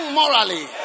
morally